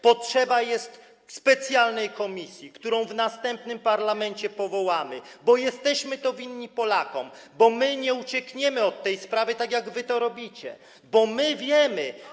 Potrzeba jest specjalnej komisji, którą w następnym parlamencie powołamy, bo jesteśmy to winni Polakom, bo my nie uciekniemy od tej sprawy, tak jak wy to robicie, bo my wiemy.